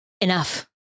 enough